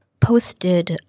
posted